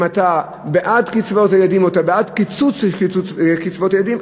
אם אתה בעד קצבאות הילדים או אתה בעד קיצוץ קצבאות הילדים,